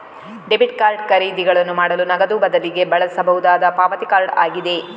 debit card ಖರೀದಿಗಳನ್ನು ಮಾಡಲು ನಗದು ಬದಲಿಗೆ ಬಳಸಬಹುದಾದ ಪಾವತಿ ಕಾರ್ಡ್ ಆಗಿದೆ